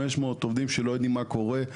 עובדים שלא יודעים מה קורה,